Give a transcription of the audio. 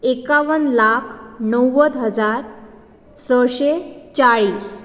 एकाव्वन लाख णव्वद हजार सशे चाळीस